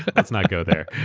let's not go there.